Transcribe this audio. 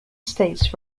states